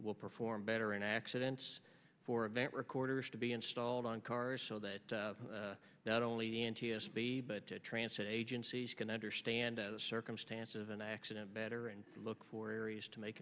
will perform better in accidents for event recorders to be installed on cars so that not only the n t s b but transferred agencies can understand the circumstances of an accident better and look for areas to make